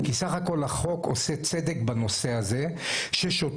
כי סך הכול החוק עושה צדק בנושא הזה ששוטרים